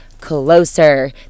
closer